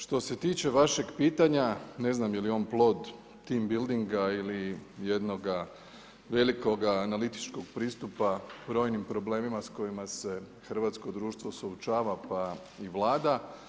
Što se tiče vašeg pitanja ne znam je li on plod team buildinga ili jednoga velikoga analitičkog pristupa brojnim problemima sa kojima se hrvatsko društvo suočava, pa i Vlada.